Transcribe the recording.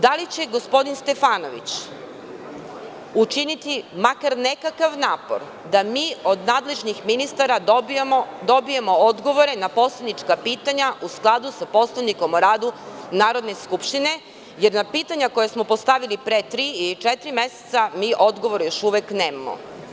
Da li će gospodin Stefanović učiniti makar nekakav napor da mi od nadležnih ministara dobijemo odgovore na poslanička pitanja u skladu sa Poslovnikom o radu Narodne skupštine, jer na pitanja koja smo postavili pre tri ili četiri meseca odgovore još uvek nemamo?